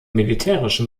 militärischen